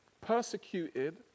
persecuted